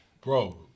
Bro